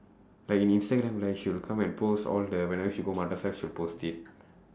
like in instagram right she will come and post all the whenever she go she'll post it